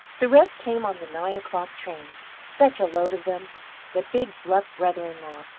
the rest came on the nine o'clock train, such a load of them the big, bluff brother-in-law,